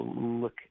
look